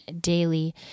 daily